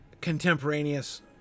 contemporaneous